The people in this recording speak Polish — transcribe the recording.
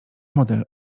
model